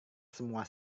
semua